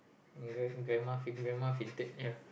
grandma faint grandma fainted ya